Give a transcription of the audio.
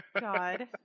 God